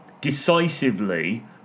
decisively